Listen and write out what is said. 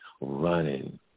running